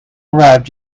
arrived